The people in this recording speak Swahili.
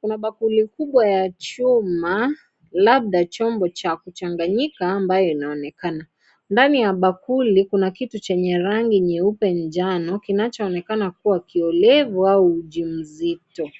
Kuna bakuli kubwa ya chuma, labda chombo cha kuchanganyika ambayo inayoonekana. Ndani ya bakuli kuna kitu chenye rangi nyeupe na njano kinachoonekana kuwa kiolevu au uji mzito.